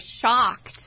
shocked